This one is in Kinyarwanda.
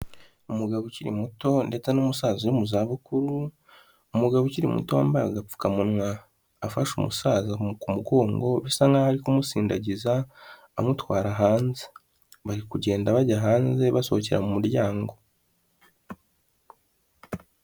Umugabo ukiri muto ndetse n'umusaza uri mu za bukuru. Umugabo ukiri muto wambaye agapfukamunwa afashe umusaza ku mugongo bisa nk'aho ari kumusindagiza amutwara hanze, bari kugenda bajya hanze basohokera mu muryango.